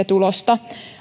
tulosta